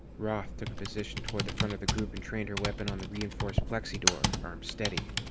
roth took a position toward the front of the group and trained her weapon on the reinforced plexi door, arms steady.